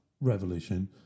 revolution